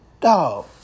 Dog